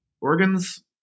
organs